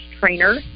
trainer